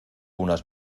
unas